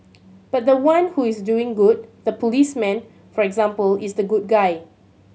but the one who is doing good the policeman for example is the good guy